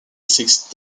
sixth